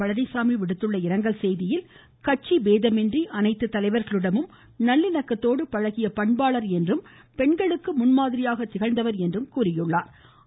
பழனிச்சாமி விடுத்துள்ள இரங்கல் செய்தியில் கட்சி பேதமின்றி அனைத்து தலைவர்களிடமும் நல்லிணக்கத்தோடு பழகிய பண்பாளர் என்றும் பெண்களுக்கு முன்மாதிரியாக திகழ்ந்தவர் என்றும் தெரிவித்துள்ளா்